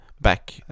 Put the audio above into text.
back